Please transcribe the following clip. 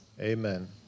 Amen